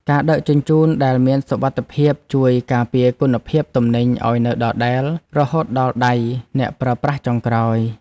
ការដឹកជញ្ជូនដែលមានសុវត្ថិភាពជួយការពារគុណភាពទំនិញឱ្យនៅដដែលរហូតដល់ដៃអ្នកប្រើប្រាស់ចុងក្រោយ។